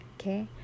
okay